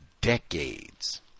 decades